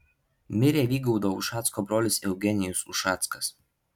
mirė vygaudo ušacko brolis eugenijus ušackas